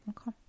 Okay